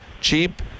cheap